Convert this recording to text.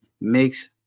Makes